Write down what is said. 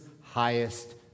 highest